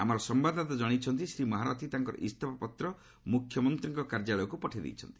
ଆମର ସମ୍ଭାଦଦାତା ଜଣାଇଛନ୍ତି ଯେ ଶ୍ରୀ ମହାରଥି ତାଙ୍କର ଇସ୍ତଫା ପତ୍ର ମୁଖ୍ୟମନ୍ତ୍ରୀଙ୍କ କାର୍ଯ୍ୟାଳୟକୁ ପଠାଇଦେଇଛନ୍ତି